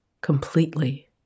completely